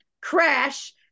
crash